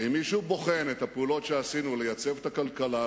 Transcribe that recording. ואם מישהו בוחן את הפעולות שעשינו לייצב את הכלכלה,